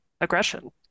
aggression